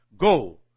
Go